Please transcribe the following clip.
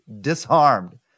disarmed